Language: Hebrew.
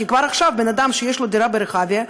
כי כבר עכשיו אדם שיש לו דירה ברחביה,